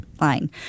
line